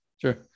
Sure